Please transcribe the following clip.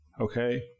Okay